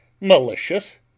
Malicious